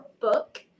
book